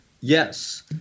Yes